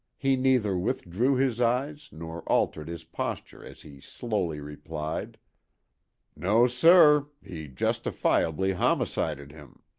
he neither withdrew his eyes, nor altered his posture as he slowly replied no, sir he justifiably homicided him.